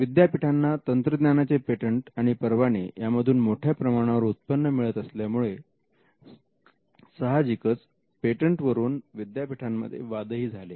विद्यापीठांना तंत्रज्ञानाचे पेटंट आणि परवाने यामधून मोठ्या प्रमाणावर उत्पन्न मिळत असल्यामुळे सहाजिकच पेटंट वरून विद्यापीठांमध्ये वादही झाले